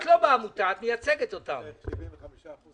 עד שהיא תעלה אני רוצה להגיד הערה.